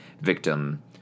victim